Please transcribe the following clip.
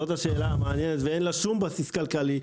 זאת השאלה המעניינת ואין לה שום בסיס כלכלי.